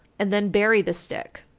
and then bury the stick.